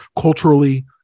culturally